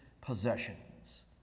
possessions